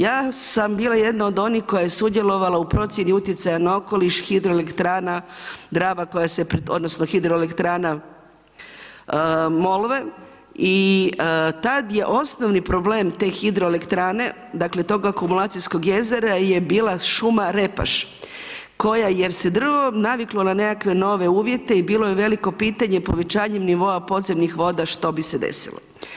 Ja sam bila jedna od onih koja je sudjelovala u procjeni utejcaja na okoliš hidroelektrana Drava, odnosno, hidroelektrana Molve i tad je osnovni problem te hidroelektrane, dakle, tog akumulacijskog jezera je bila šuma Repaš, koja jer se drvo naviklo na nekakve nove uvjete i bilo je veliko pitanje povećanjem nivoa podzemnih voda što bi se desilo.